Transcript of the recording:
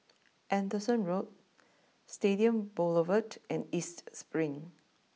Anderson Road Stadium Boulevard and East Spring